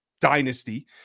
dynasty